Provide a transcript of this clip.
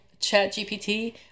ChatGPT